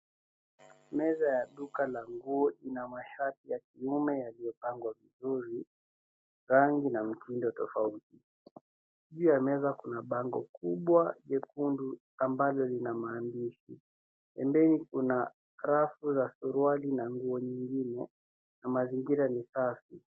Meza ya duka la nguo ina mashati ya kiume yaliyopangwa vizuri ya rangi na mtindo tofauti. Juu ya meza kuna bango kubwa jekundu ambalo lina maandishi. Pembeni kuna rafu za suruali na nguo nyingine na mazingira ni safi.